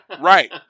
Right